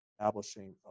establishing